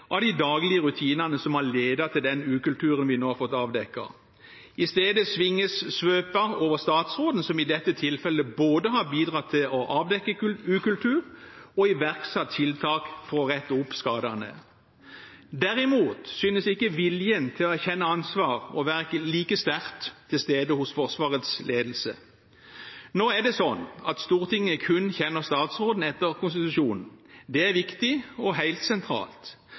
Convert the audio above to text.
av de daglige rutinene som har ledet til den ukulturen vi nå har fått avdekket. I stedet svinges svøpen over statsråden som i dette tilfellet både har bidratt til å avdekke ukultur og iverksatt tiltak for å rette opp skadene. Derimot synes ikke viljen til å erkjenne ansvar å være like sterkt til stede hos Forsvarets ledelse. Nå er det sånn at Stortinget kun kjenner statsråden etter konstitusjonen. Det er viktig og helt sentralt.